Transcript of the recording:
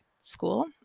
school